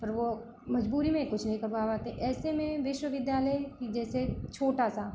पर वह मजबूरी में कुछ नहीं करवा पाते ऐसे में विश्वविद्यालय कि जैसे छोटा सा